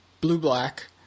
blue-black